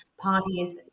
parties